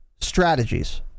strategies